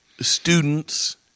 students